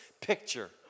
picture